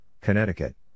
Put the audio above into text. Connecticut